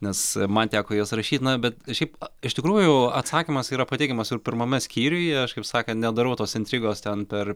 nes man teko jas rašyt na bet šiaip iš tikrųjų atsakymas yra pateikiamas jau pirmame skyriuje aš kaip sakant nedarau tos intrigos ten per